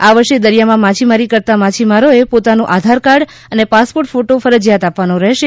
આ વર્ષે દરિયામાં માછીમારી કરતાં માછીમારોએ પોતાનું આધારકાર્ડ અને પાસપોર્ટ ફોટો ફરજીયાત આપવાનો રહેશે